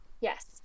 Yes